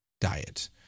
diet